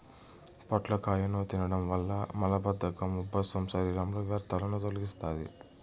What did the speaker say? పొట్లకాయను తినడం వల్ల మలబద్ధకం, ఉబ్బసం, శరీరంలో వ్యర్థాలను తొలగిస్తాది